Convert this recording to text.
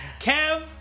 Kev